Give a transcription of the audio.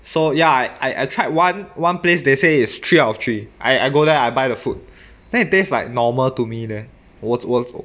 so ya I I tried one one place they say is three of three I I go there I buy the food then it taste like normal to me leh 我走走